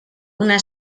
una